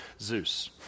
Zeus